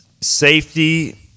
Safety